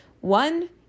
One